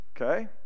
okay